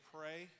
Pray